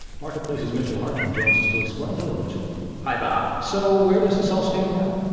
marketplace's mitchell hartman joins us to explain. hello, mitchell hi, bob so where does this all stand now?